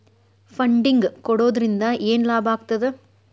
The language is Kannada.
ಫಂಡಿಂಗ್ ಕೊಡೊದ್ರಿಂದಾ ಏನ್ ಲಾಭಾಗ್ತದ?